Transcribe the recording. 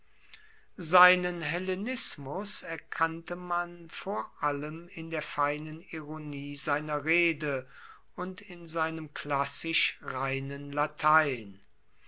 seinen hellenismus erkannte man vor allem in der feinen ironie seiner rede und in seinem klassisch reinen latein